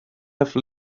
have